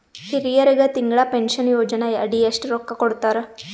ಹಿರಿಯರಗ ತಿಂಗಳ ಪೀನಷನಯೋಜನ ಅಡಿ ಎಷ್ಟ ರೊಕ್ಕ ಕೊಡತಾರ?